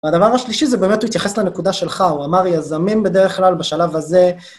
הדבר השלישי זה באמת להתייחס לנקודה שלך, הוא אמר יזמים בדרך כלל בשלב הזה.